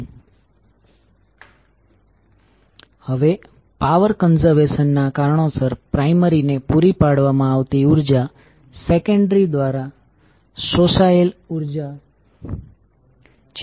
ચાલો હવે આપણે સર્કિટ ધ્યાનમાં લઈએ જ્યાં કોઇલ ઇલેક્ટ્રિકલી જોડાયેલ છે